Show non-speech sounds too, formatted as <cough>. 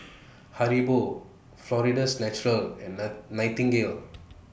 Haribo Florida's Natural and <unintelligible> Nightingale